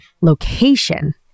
location